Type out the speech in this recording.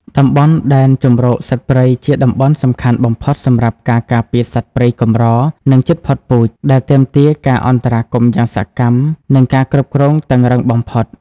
តំបន់ដែនជម្រកសត្វព្រៃជាតំបន់សំខាន់បំផុតសម្រាប់ការការពារសត្វព្រៃកម្រ និងជិតផុតពូជ ដែលទាមទារការអន្តរាគមន៍យ៉ាងសកម្ម និងការគ្រប់គ្រងតឹងរ៉ឹងបំផុត។